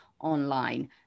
online